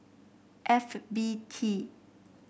F B T